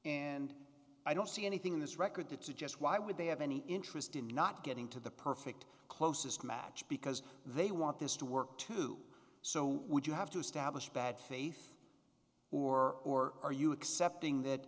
and i don't see anything in this record that suggests why would they have any interest in not getting to the perfect closest match because they want this to work too so would you have to establish bad faith or are you accepting that